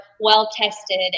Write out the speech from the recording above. well-tested